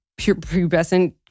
pubescent